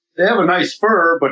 they have a nice fur, but